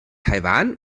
taiwan